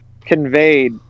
conveyed